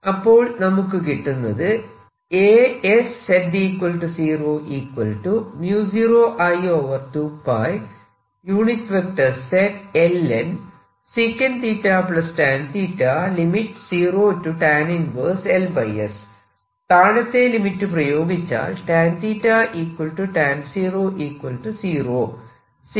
അപ്പോൾ നമുക്ക് കിട്ടുന്നത് താഴത്തെ ലിമിറ്റ് പ്രയോഗിച്ചാൽ 0 0 0 1